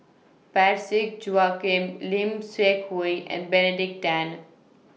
Parsick Joaquim Lim Seok Hui and Benedict Tan